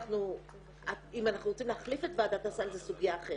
אם אנחנו רוצים להחליף את ועדת הסל זו סוגיה אחרת.